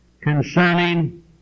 Concerning